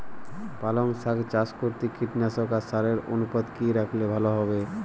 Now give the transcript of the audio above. পালং শাক চাষ করতে কীটনাশক আর সারের অনুপাত কি রাখলে ভালো হবে?